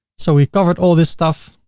so we covered all this stuff.